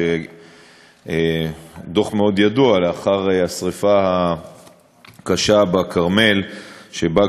דוח ידוע מאוד לאחר השרפה הקשה בכרמל שבה,